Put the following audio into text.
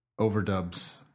overdubs